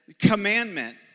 commandment